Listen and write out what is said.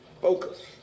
Focus